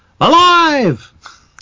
Alive